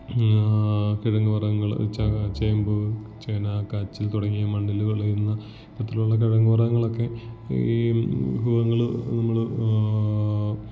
കിഴങ്ങു വർഗ്ഗങ്ങൾ ചേമ്പ് ചേന കാച്ചിൽ തുടങ്ങിയ മണ്ണിൽ വിളയുന്ന വിധത്തിലുള്ള കിഴങ്ങു വർഗ്ഗങ്ങളൊക്കെ ഈ വിഭവങ്ങൾ നമ്മൾ